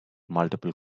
multiple